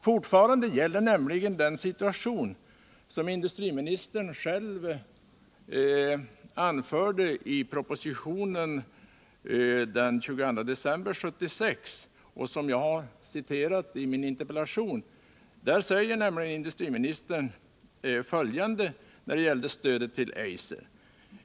Fortfarande råder nämligen den situation som industriministern själv anförde i propositionen den 22 december 1976 och som jag har citerat ur i min interpellation. Där anförde industriministern följande när det gällde stödet till Eiser: .